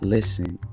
Listen